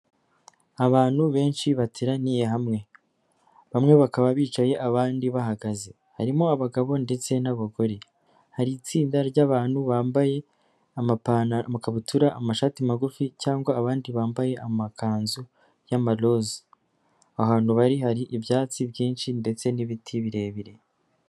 Abantu benshi bateraniye hamwe, bamwe bakaba bicaye abandi bahagaze, harimo abagabo ndetse n'abagore, hari itsinda ry'abantu bambaye amapantaro, amkabutura, amashati magufi cyangwa abandi bambaye amakanzu y'amaroza, ahantu bari hari ibyatsi byinshi ndetse n'ibiti birebire.